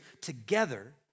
together